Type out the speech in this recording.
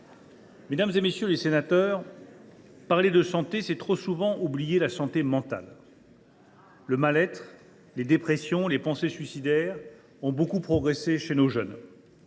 Mesdames, messieurs les députés, parler de santé, c’est trop souvent oublier la santé mentale. « Le mal être, les dépressions, les pensées suicidaires ont beaucoup progressé chez nos jeunes.